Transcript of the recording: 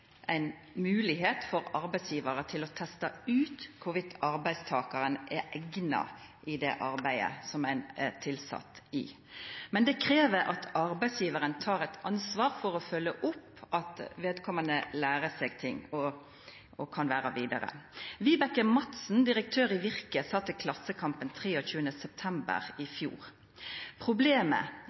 ein er tilsett i, men det krev at arbeidsgjevaren tek eit ansvar for å følgja opp at vedkomande lærer seg ting og kan vera vidare. Vibeke Madsen, direktør i Virke, sa til Klassekampen 23. september i fjor: